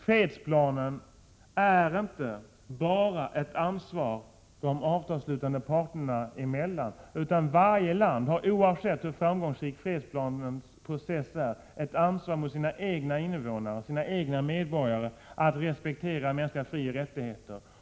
Fredsplanen är inte bara ett ansvar för de avtalsslutande parterna, utan varje land har — oavsett hur framgångsrik fredsprocessen är — ett ansvar mot sina egna invånare och medborgare för att respektera mänskliga frioch rättigheter.